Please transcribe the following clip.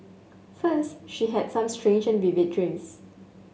first she had some strange and vivid dreams